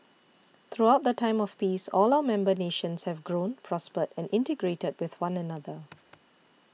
throughout the time of peace all our member nations have grown prospered and integrated with one another